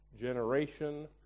generation